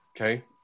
Okay